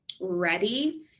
ready